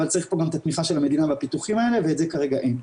אבל צריך פה גם את התמיכה של המדינה בפיתוחים האלה ואת זה כרגע אין.